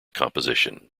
composition